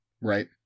Right